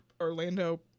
Orlando